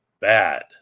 bad